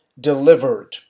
delivered